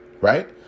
right